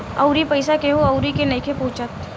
अउरी पईसा केहु अउरी के नइखे पहुचत